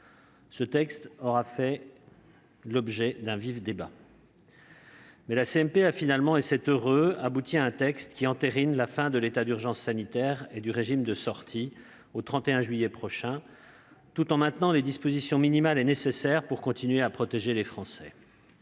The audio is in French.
Ce texte aura fait l'objet d'un vif débat, mais la CMP, et c'est heureux, a finalement abouti à un compromis qui entérine la fin de l'état d'urgence sanitaire et du régime d'exception au 31 juillet prochain, tout en maintenant les dispositions minimales et nécessaires pour continuer de protéger les Français.